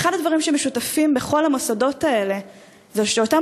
ואחד הדברים שמשותפים לכל המוסדות האלה זה שאותם